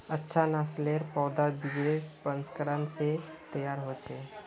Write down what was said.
अच्छा नासलेर पौधा बिजेर प्रशंस्करण से तैयार होचे